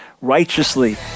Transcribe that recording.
righteously